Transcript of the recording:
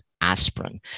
aspirin